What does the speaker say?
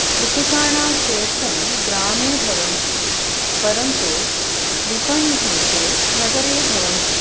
कृषिकाणां क्षेत्रं ग्रामे भवन्ति परन्तु विपणिः तु नगरे भवन्ति